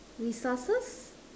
resources